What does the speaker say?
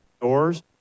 doors